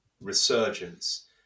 resurgence